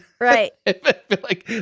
Right